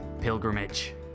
Pilgrimage